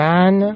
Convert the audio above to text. Man